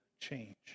change